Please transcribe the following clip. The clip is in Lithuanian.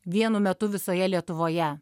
vienu metu visoje lietuvoje